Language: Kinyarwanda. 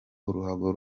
uruhago